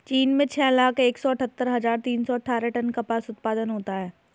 चीन में छह लाख एक सौ अठत्तर हजार तीन सौ अट्ठारह टन कपास उत्पादन होता है